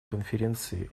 конференции